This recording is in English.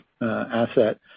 asset